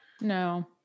no